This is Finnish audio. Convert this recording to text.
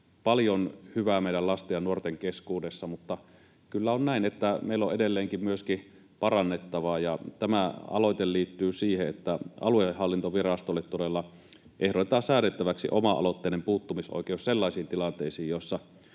paljon hyvää meidän lastemme ja nuortemme keskuudessa. Mutta kyllä on näin, että meillä on edelleenkin myöskin parannettavaa. Tämä aloite liittyy siihen, että aluehallintovirastolle todella ehdotetaan säädettäväksi oma-aloitteinen puuttumisoikeus sellaisiin tilanteisiin,